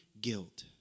guilt